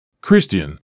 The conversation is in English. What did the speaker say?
Christian